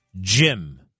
Jim